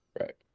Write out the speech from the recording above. Right